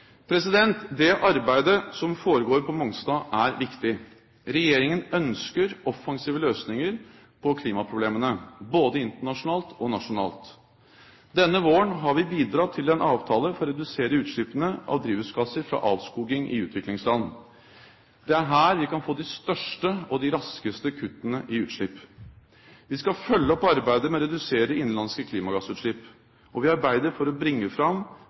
Det arbeidet som foregår på Mongstad, er viktig. Regjeringen ønsker offensive løsninger på klimaproblemene, både internasjonalt og nasjonalt. Denne våren har vi bidratt til en avtale for å redusere utslippene av drivhusgasser fra avskoging i utviklingsland. Det er her vi kan få de største og de raskeste kuttene i utslipp. Vi skal følge opp arbeidet med å redusere klimagassutslipp innenlands, og vi arbeider for å bringe fram